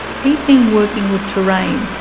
he's been working with terrain,